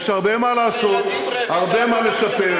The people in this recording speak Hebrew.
יש הרבה מה לעשות, הרבה מה לשפר,